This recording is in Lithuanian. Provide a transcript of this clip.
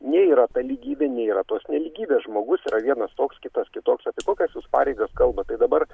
nei yra ta lygybė nei yra tos nelygybės žmogus yra vienas toks kitas kitoks apie kokias jūs pareigas kalbat dabar